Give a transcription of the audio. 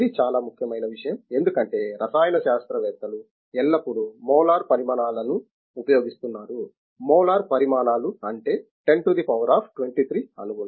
ఇది చాలా ముఖ్యమైన విషయం ఎందుకంటే రసాయన శాస్త్రవేత్తలు ఎల్లప్పుడూ మోలార్ పరిమాణాలను ఉపయోగిస్తున్నారు మోలార్ పరిమాణాలు అంటే 10 టు ధ పవర్ ఆఫ్ 23 అణువుల